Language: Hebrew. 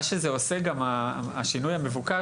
מה שעושה השינוי המבוקש,